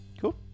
cool